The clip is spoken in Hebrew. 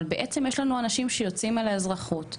אבל בעצם יש לנו אנשים שיוצאים אל האזרחות,